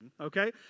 Okay